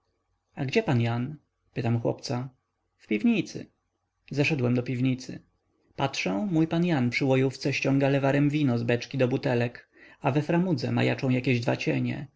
a gdzie pan jan pytam chłopca w piwnicy zeszedłem do piwnicy patrzę mój pan jan przy łojówce ściąga lewarem wino z beczki do butelek a we framudze majaczą jakieś dwa